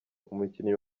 umukinnyi